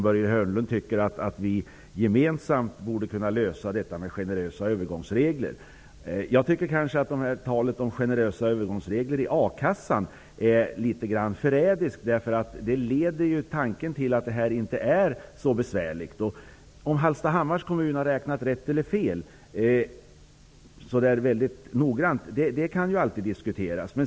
Börje Hörnlund tycker att vi gemensamt borde kunna lösa detta genom generösa övergångsregler. Talet om generösa övergångsregler i a-kassan är litet förrädiskt. Det leder tanken till att situationen inte är så besvärlig. Huruvida Hallstahammar har räknat exakt rätt eller fel kan alltid diskuteras.